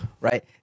right